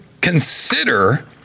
consider